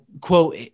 quote